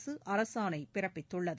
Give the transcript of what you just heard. அரசு அரசாணை பிறப்பித்துள்ளது